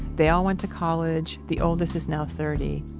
they all went to college. the oldest is now thirty.